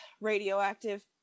radioactive